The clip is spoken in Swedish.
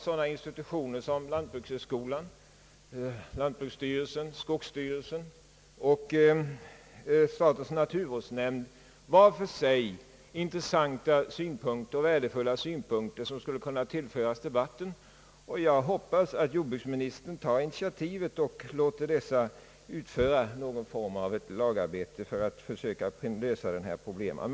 Sådana institutioner som lantbrukshögskolan, lantbruksstyrelsen, skogsstyrelsen och statens naturvårdsnämnd har säkerligen var för sig intressanta och värdefulla synpunkter som skulle kunna tillföras debatten, och jag hoppas att jordbruksministern tar initiativet till någon form av ett lagarbete för att försöka lösa problemen.